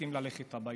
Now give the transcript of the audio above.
צריכים ללכת הביתה,